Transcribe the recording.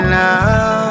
now